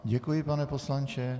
Děkuji vám, pane poslanče.